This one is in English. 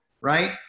right